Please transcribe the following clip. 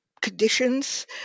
conditions